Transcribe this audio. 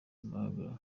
magnell